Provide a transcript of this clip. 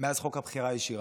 מאז חוק הבחירה הישירה.